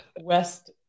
west